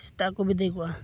ᱥᱮᱛᱟᱜ ᱠᱚ ᱵᱤᱫᱟᱹᱭ ᱠᱚᱣᱟ